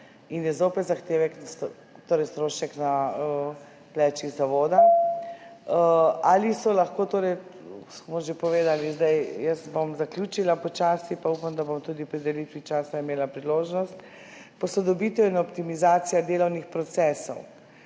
in je zopet zahtevek, torej strošek, na plečih zavoda. Ali so lahko, smo že povedali. Zdaj bom počasi zaključila in upam, da bom tudi pri delitvi časa imela priložnost. Posodobitev in optimizacija delovnih procesov.